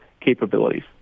capabilities